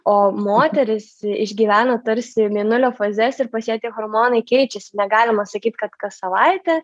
o moteris išgyvena tarsi mėnulio fazes ir pas ją tie hormonai keičiasi negalima sakyt kad kas savaitę